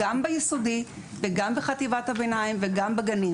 גם ביסודי וגם בחטיבת הביניים וגם בגנים.